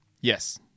yes